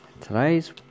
Today's